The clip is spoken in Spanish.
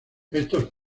estos